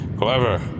Clever